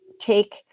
take